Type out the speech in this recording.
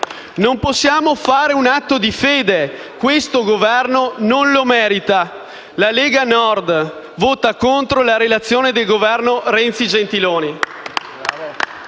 Non possiamo fare un atto di fede: questo Governo non lo merita. La Lega Nord vota contro la relazione del Governo Renzi-Gentiloni.